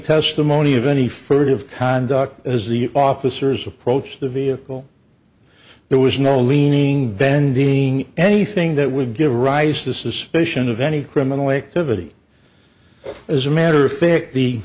testimony of any furtive conduct as the officers approached the vehicle there was no leaning bending anything that would give rise to suspicion of any criminal activity as a matter of fact the